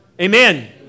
Amen